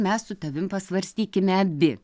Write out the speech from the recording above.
mes su tavim pasvarstykime abi